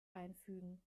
einfügen